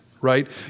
right